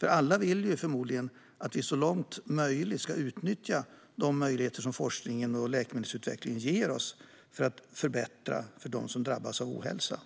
För alla vill förmodligen att vi så långt som möjligt ska utnyttja de möjligheter som forskningen och läkemedelsutvecklingen ger oss för att förbättra för dem som drabbas av ohälsa.